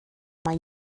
mae